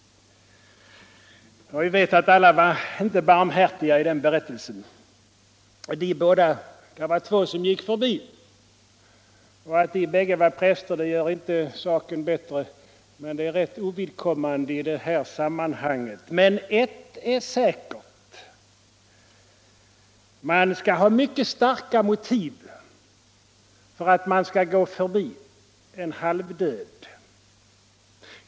Vi vet att alla inte var barnhärtiga i den berättelsen. Att de två som gick förbi båda var präster gör inte saken bättre — men det är rätt ovidkommande i detta sammanhang. Ett är dock säkert: man skall ha mycket starka motiv för att gå förbi en halvdöd.